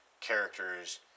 characters